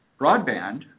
broadband